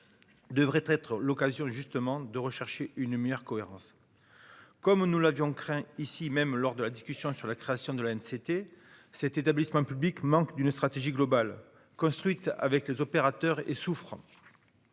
devrait être l'occasion justement de rechercher une meilleure cohérence, comme nous l'avions craint ici même lors de la discussion sur la création de la haine, c'était cet établissement public, manque d'une stratégie globale construite avec les opérateurs et souffrant